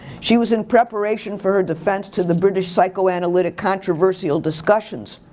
she was in preparation for her defense to the british psychoanalytic controversial discussions.